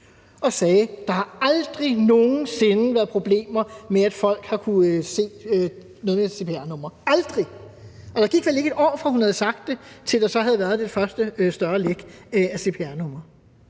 og sagde, at der aldrig nogen sinde har været problemer med, at folk har kunnet se noget med et cpr-nummer – aldrig – og der gik vel ikke et år, fra hun havde sagt det, til der så havde været det første større læk af cpr-numre.